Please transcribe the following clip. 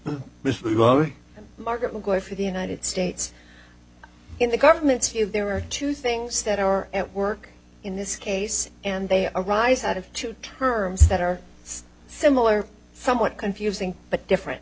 our marketing guy for the united states in the government's view there are two things that are at work in this case and they are arise out of two terms that are similar somewhat confusing but different